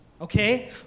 okay